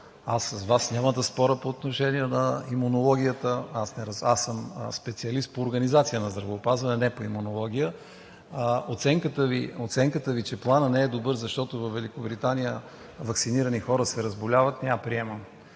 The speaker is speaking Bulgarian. аз с Вас няма да споря по отношение на имунологията, аз съм специалист по организация на здравеопазване, а не по имунология. Оценката Ви, че Планът не е добър, защото във Великобритания ваксинирани хора се разболяват, не я приемам.